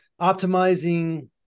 Optimizing